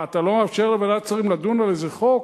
מה, אתה לא מאפשר לוועדת שרים לדון על איזה חוק,